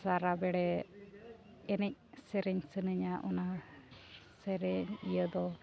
ᱥᱟᱨᱟ ᱵᱮᱲᱟ ᱮᱱᱮᱡ ᱥᱮᱨᱮᱧ ᱥᱟᱱᱟᱧᱟ ᱚᱱᱟ ᱥᱮᱨᱮᱧ ᱤᱭᱟᱹ ᱫᱚ